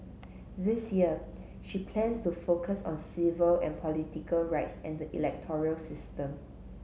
this year she plans to focus on civil and political rights and the electoral system